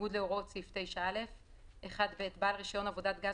בניגוד להוראות סעיף 9(א); (1ב) בעל רישיון עבודת גז